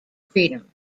freedom